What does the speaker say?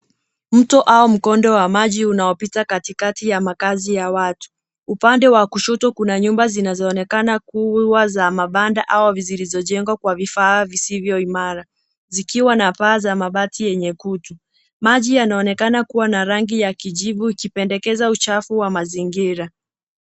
Mto au mkondo wa maji unaopita katikati ya makazi ya watu. Upande wa kushoto kuna nyumba zinazooneka kuwa za mabanda au zisizojengwa kwa vifaa visivyo imara. Zikiwa na paa za mabati yenye kutu. Maji yanaonekana kuwa na rangi ya kijivu ikipendekeza uchafu wa mazingira.